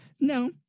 No